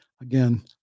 again